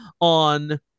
on